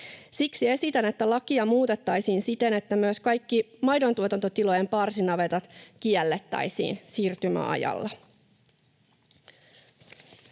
Siksi esitän, että lakia muutettaisiin siten, että myös kaikki maidontuotantotilojen parsinavetat kiellettäisiin siirtymäajalla.